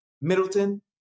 Middleton